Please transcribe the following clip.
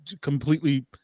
completely